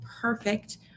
perfect